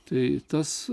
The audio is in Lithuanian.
tai tas